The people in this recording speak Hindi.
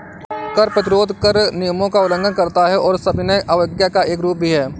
कर प्रतिरोध कर नियमों का उल्लंघन करता है और सविनय अवज्ञा का एक रूप भी है